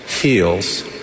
heals